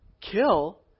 Kill